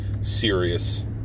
serious